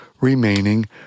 remaining